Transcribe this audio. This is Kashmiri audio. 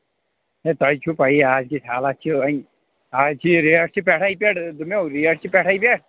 ہے تۄہہِ چھِو پَیی آز کِتھۍ حالات چھِ وۄنۍ آز چھِ یہِ ریٹ چھِ پٮ۪ٹھَے پٮ۪ٹھ دوٚپمو ریٹ چھِ پٮ۪ٹھَے پٮ۪ٹھ